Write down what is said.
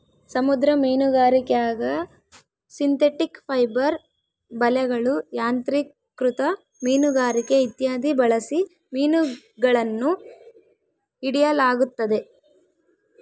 ಸಮುದ್ರ ಮೀನುಗಾರಿಕ್ಯಾಗ synthetic fibre ಬಲೆಗಳು, ಯಾಂತ್ರಿಕೃತ ಮೀನುಗಾರಿಕೆ ಇತ್ಯಾದಿ ಬಳಸಿ ಮೀನುಗಳನ್ನು ಹಿಡಿಯಲಾಗುತ್ತದೆ